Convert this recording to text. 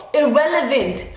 irrelevant.